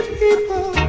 people